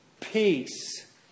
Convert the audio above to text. peace